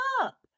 up